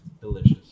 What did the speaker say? Delicious